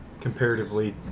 comparatively